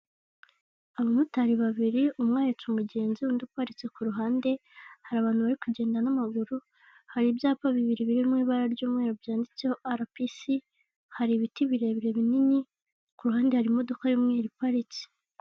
Abamotari babiri umwe ahetse umugenzi, undi uparitse ku ruhande, hari abantu bari kugenda n'amaguru, hari ibyapa bibiri biri mu ibara ry'umweru byanditseho RPC, hari ibiti birebire binini, ku ruhande hari imodoka y'umweru iriparitse.